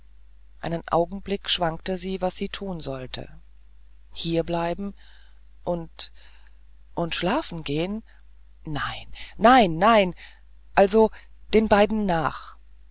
einen augenblick schwankte sie was sie tun sollte hierbleiben und und schlafen gehen nein nein nein also den beiden nach